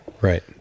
right